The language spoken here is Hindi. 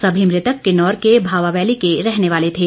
सभी मृतक किन्नौर के भावा वैली के रहने वाले थे